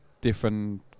different